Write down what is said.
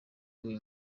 uyu